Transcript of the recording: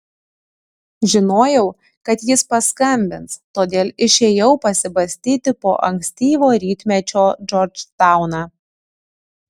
žinojau kad jis paskambins todėl išėjau pasibastyti po ankstyvo rytmečio džordžtauną